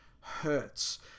hurts